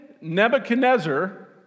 Nebuchadnezzar